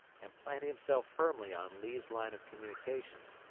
and plant himself firmly on lee's line of communication,